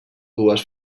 dues